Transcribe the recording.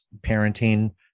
parenting